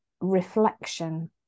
reflection